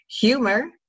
humor